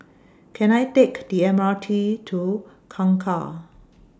Can I Take The M R T to Kangkar